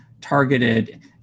targeted